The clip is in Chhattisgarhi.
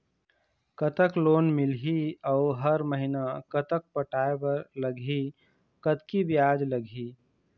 कतक लोन मिलही अऊ हर महीना कतक पटाए बर लगही, कतकी ब्याज लगही?